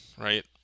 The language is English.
Right